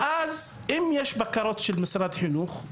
ואז אם יש בקרות של משרד החינוך,